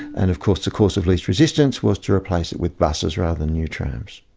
and of course the course of least resistance was to replace it with buses rather than new trams.